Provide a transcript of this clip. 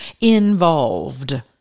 involved